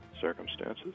circumstances